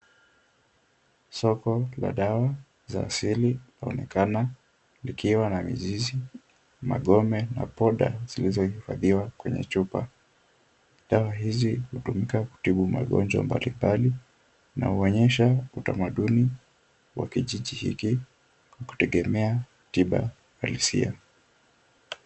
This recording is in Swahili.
Soko la dawa za asili laonekana likiwa na mizizi, magome na poda zilizohifadhiwa kwenye chupa. Dawa hizi hutumika kutibu magonjwa mbalimbali na huonyesha utamaduni wa kijiji hiki kwa kutegemea tiba asilia.